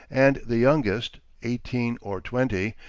and the youngest, eighteen or twenty,